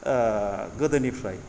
ओ गोदोनिफ्राय